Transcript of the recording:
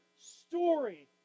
story